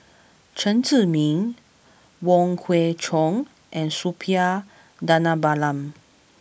Chen Zhiming Wong Kwei Cheong and Suppiah Dhanabalan